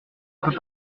peux